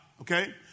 okay